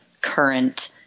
current